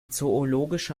zoologische